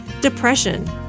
depression